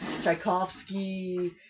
Tchaikovsky